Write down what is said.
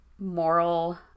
moral